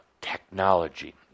technology